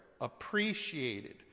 appreciated